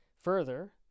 further